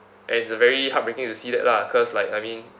and it's a very heartbreaking to see that lah cause like I mean